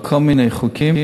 לכל מיני חוקים,